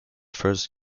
first